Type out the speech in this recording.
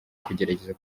kugerageza